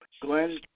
Glenn